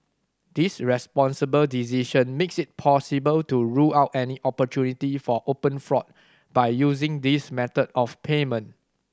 this responsible decision makes it possible to rule out any opportunity for open fraud by using this method of payment